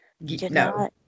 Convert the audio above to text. No